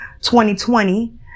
2020